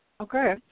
Okay